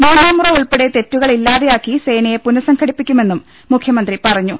മൂന്നാം മുറ ഉൾപ്പെടെ തെറ്റുകൾ ഇല്ലാതെയാക്കി സേനയെ പുനഃസംഘടിപ്പിക്കുമെന്നും മുഖ്യമന്ത്രി പറഞ്ഞു